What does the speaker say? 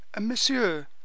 Monsieur